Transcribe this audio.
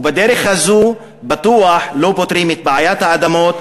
ובדרך הזאת לא פותרים את בעיית האדמות